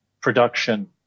production